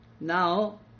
Now